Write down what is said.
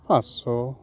ᱯᱟᱪᱥᱳ